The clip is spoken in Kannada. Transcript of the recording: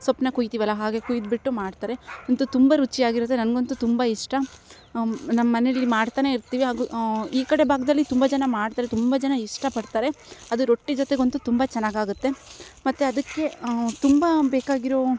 ಸೊಪ್ಪನ್ನ ಕುಯ್ತೀವಲ್ಲ ಹಾಗೆ ಕುಯ್ದು ಬಿಟ್ಟು ಮಾಡ್ತಾರೆ ಅಂತು ತುಂಬ ರುಚಿಯಾಗಿರುತ್ತೆ ನನಗಂತು ತುಂಬ ಇಷ್ಟ ನಮ್ಮಮನೆಲಿ ಮಾಡ್ತಾನೆಯಿರ್ತಿವಿ ಹಾಗು ಈ ಕಡೆ ಭಾಗ್ದಾಲ್ಲಿ ತುಂಬ ಜನ ಮಾಡ್ತಾರೆ ತುಂಬ ಜನ ಇಷ್ಟಪಡ್ತಾರೆ ಅದು ರೊಟ್ಟಿ ಜೊತೆಗಂತು ತುಂಬ ಚೆನ್ನಾಗಾಗತ್ತೆ ಮತ್ತು ಅದಕ್ಕೆ ತುಂಬ ಬೇಕಾಗಿರೊ